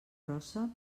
grossa